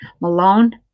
Malone